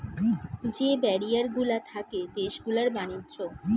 যে ব্যারিয়ার গুলা থাকে দেশ গুলার ব্যাণিজ্য